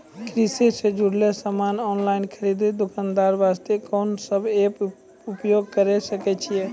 कृषि से जुड़ल समान ऑनलाइन खरीद दुकानदारी वास्ते कोंन सब एप्प उपयोग करें सकय छियै?